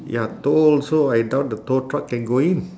ya tow also I doubt the tow truck can go in